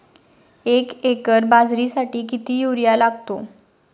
एक एकर बाजरीसाठी किती युरिया लागतो?